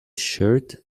shirt